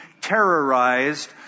terrorized